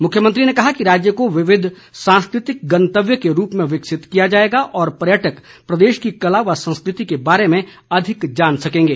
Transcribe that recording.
मुख्यमंत्री ने कहा कि राज्य को विविध सांस्कृतिक गन्तव्य के रूप में विकसित किया जाएगा और पर्यटक प्रदेश की कला व संस्कृति के बारे में अधिक जान सकेंगे